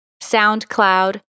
SoundCloud